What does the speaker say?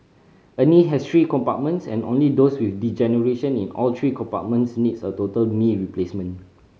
a knee has three compartments and only those with degeneration in all three compartments needs a total knee replacement